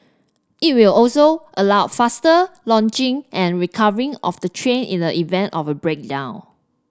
it will also allow faster launching and recovery of the train in the event of a breakdown